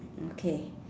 okay